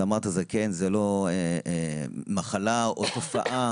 אתה אמרת שזקן זאת לא מחלה או תופעה,